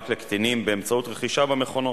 רפאלי שרון,